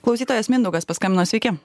klausytojas mindaugas paskambino sveiki